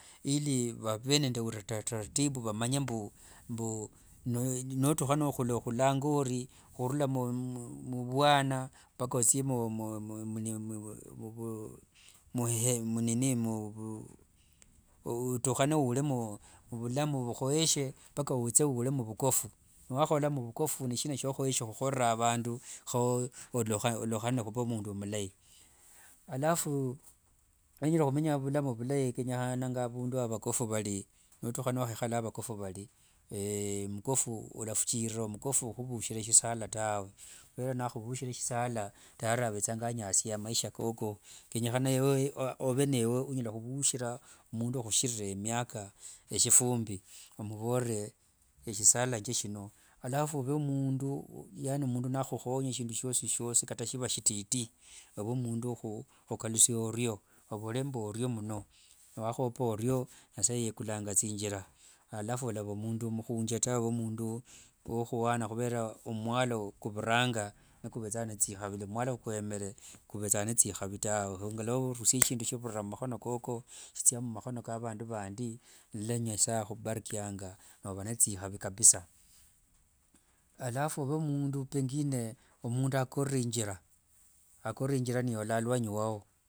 Ili vave nende utaratibu vamanye mbu notuha nohula ohulanga oli hurula mulwana mpaka otsie otuhana oule muvulamu vuhoyeshe mpaka witse oule muvukofu. Nwahaola mubukofu neshina shya ohoyeshe ohuholela abandu ho ololohane ohuba omundu mulai. Alafu nwenyele humenya bulamu bulai kenyahanga abundu abakofu bali. Notuha nwahaehala abakofu bali, olafichilila omukofu huhubushila shisala tawe huvera nahuvuhila shisala tayari avetsanga anyashia maisha koko. Kenyahana obe newe onyala hubushira mundu uhushilile miaka eshifumbi omuvolele eshisala ndeshino. Alafu obe mundu yani mundu nahuhonya shindu shiosishiosi kata shiba shititi obe mundu wa hukalusia oryo obole mbu oryo mno, nwahaopa oryo nyasae yekulanga tsingila. Alafu olaba mundu mhunje tawee omundu wahuwana hubera omwalo kubilanga nikubetsanga netsihavi omwalo kwemele kubetsanga netsikhavi tawe ngalwa olushia shindu shivilila mumahono koko shitsia mumahono ka vandu vandi nilwanyasae ahubarikianga noba netsihabi kabisa. Alafu obe mundu pengine omundu akorere injila niyola mulwanyi lwao.